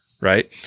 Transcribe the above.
right